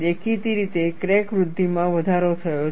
દેખીતી રીતે ક્રેક વૃદ્ધિમાં વધારો થયો છે